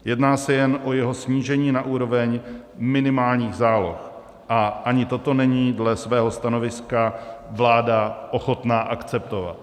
Jedná se jen o jeho snížení na úroveň minimálních záloh, a ani toto není dle svého stanoviska vláda ochotna akceptovat.